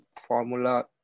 Formula